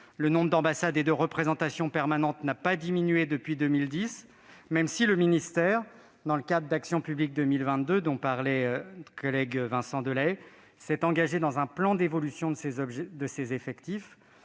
Le nombre d'ambassades et de représentations permanentes n'a pas diminué depuis 2010, même si le ministère, dans le cadre d'Action publique 2022, dont parlait Vincent Delahaye, s'est engagé dans un plan d'évolution de ses effectifs,